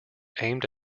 aimed